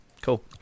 cool